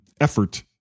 effort